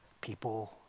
people